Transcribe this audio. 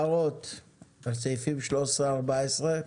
הערות על סעיפים 13, 14?